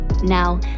Now